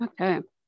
Okay